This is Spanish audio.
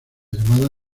llamada